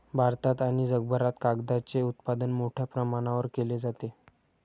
भारतात आणि जगभरात कागदाचे उत्पादन मोठ्या प्रमाणावर केले जाते